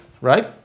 right